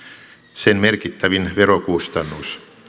sen merkittävin verokustannus